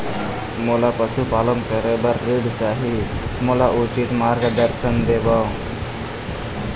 मोला पशुपालन करे बर ऋण चाही, मोला उचित मार्गदर्शन देव?